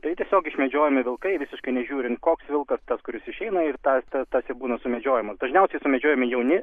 tai tiesiog išmedžiojami vilkai visiškai nežiūrint koks vilkas tas kuris išeina ir ta tas ir būna sumedžiojamas dažniausiai medžiojami jauni